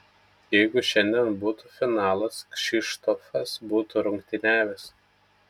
jeigu šiandien būtų finalas kšištofas būtų rungtyniavęs